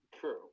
True